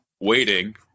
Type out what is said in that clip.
waiting